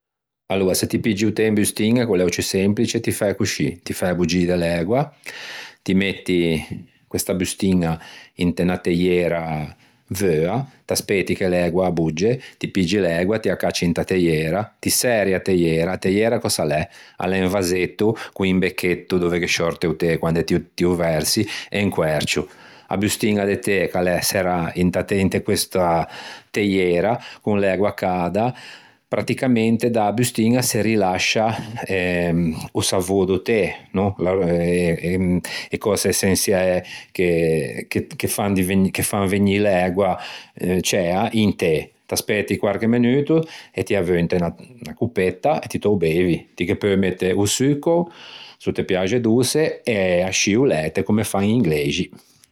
Aloa, se ti piggi o té in bustiña ch'o l'é o ciù semplice ti fæ coscì: ti fæ boggî de l'ægua, ti metti questa bustiña inte unna teiera veua, t'aspeti che l'ægua a bogge, ti piggi l'ægua, ti â cacci inta teiera, ti særi a teiera, a teiera cös'a l'é? A l'é un vasetto con un becchetto dove ghe sciòrte o té quande ti ti ô versi e un coercio. A bustiña de té ch'a l'é serrâ inta te- inte questa teiera, con l'ægua cada, pratticamente da-a bustiña se rilascia eh o savô do té no, e cöse essençiæ che che fan divegn- che fan vegnî l'ægua ciæa in té. T'aspeti quarche menuto e ti â veui inte unna coppetta e ti t'ô beivi. Ti ghe peu mette o succao s'o te piaxe doçe e ascì o læte comme fan i ingleixi.